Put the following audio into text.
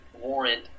warrant